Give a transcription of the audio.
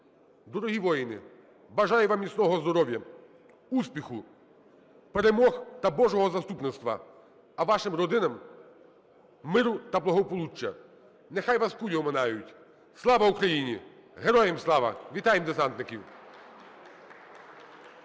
Дорогі воїни, бажаю вам міцного здоров'я, успіху, перемог та Божого заступництва, а вашим родинам миру та благополуччя. Нехай вас кулі оминають. Слава Україні! Героям слава! Вітаємо десантників.